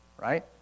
right